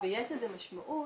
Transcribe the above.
יש לזה משמעות.